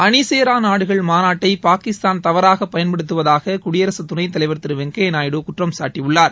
அணிசேரா நாடுகள் மாநாட்டை பாகிஸ்தான் தவறாக பயன்படுத்துவதாக குடியரசுத் துணைத்தலைவா் திரு வெங்கையா நாயுடு குற்றம் சாட்டியுள்ளார்